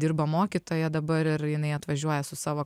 dirba mokytoja dabar ir jinai atvažiuoja su savo